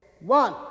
One